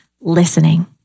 Listening